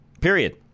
Period